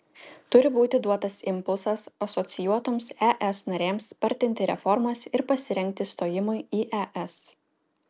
turi būti duotas impulsas asocijuotoms es narėms spartinti reformas ir pasirengti stojimui į es